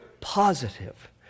positive